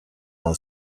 all